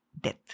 death